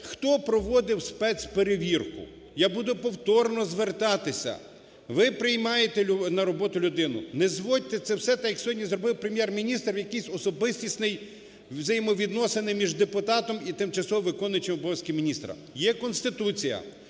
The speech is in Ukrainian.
хто проводив спецперевірку? Я буду повторно звертатися. Ви приймаєте на роботу людину, не зводьте це все так, як сьогодні зробив Прем'єр-міністр в якісь особистісні взаємовідносини між депутатом і тимчасово виконуючим обов'язки міністра. Є Конституція,